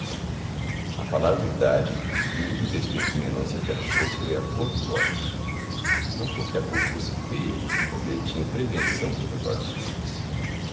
a falar verdade o único defeito que mendonça lhe achou foi a cor dos olhos não porque a cor fosse feia mas porque ele tinha prevenção contra os olhos verdes